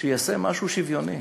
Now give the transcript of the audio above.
שיעשה משהו שוויוני,